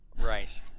Right